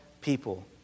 people